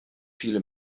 viele